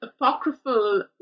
apocryphal